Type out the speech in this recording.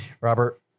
Robert